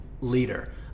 Leader